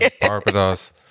Barbados